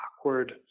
awkward